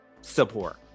support